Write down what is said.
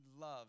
love